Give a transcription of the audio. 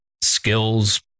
skills